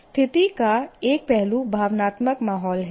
स्थिति का एक पहलू भावनात्मक माहौल है